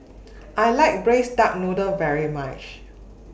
I like Braised Duck Noodle very much